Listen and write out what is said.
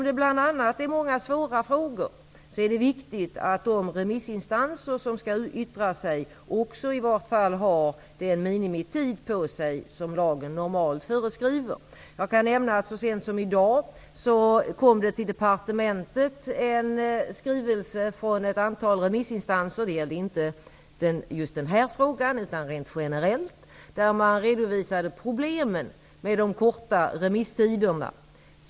Men bl.a. eftersom det gäller många och svåra frågor är det viktigt att remissinstanserna har åtminstone den minimitid som lagen normalt föreskriver till sitt förfogande. Jag kan nämna att det så sent som i dag kom en skrivelse från ett antal remissinstanser, inte i just denna fråga utan med generell inriktning, vilka redovisade problemen med de korta remisstiderna.